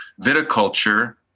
viticulture